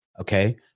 Okay